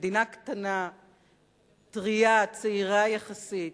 מדינה קטנה, טרייה, צעירה יחסית,